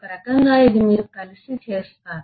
ఒక రకంగా ఇది మీరు కలిసి చేస్తారు